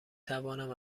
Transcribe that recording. توانم